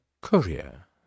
courier